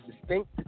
distinct